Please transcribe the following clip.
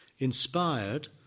Inspired